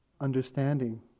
understanding